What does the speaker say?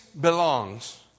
belongs